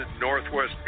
Northwest